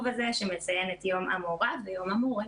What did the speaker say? הזה שמציין את יום המורה ויום המורה.